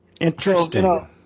interesting